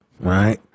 right